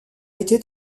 été